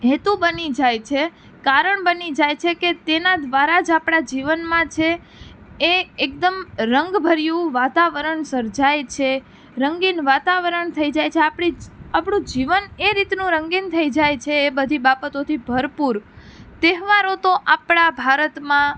હેતુ બની જાય છે કારણ બની જાય છે કે તેના દ્રારા જ આપણા જીવનમાં જે એ એકદમ રંગભર્યું વાતાવરણ સર્જાય છે રંગીન વાતાવરણ થઈ જાય છે આપણી આપણું જ જીવન એ રીતનું રંગીન થઈ જાય છે એ બધી બાબતોથી ભરપૂર તહેવારો તો આપણા ભારતમાં